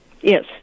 Yes